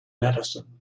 medicine